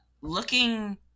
looking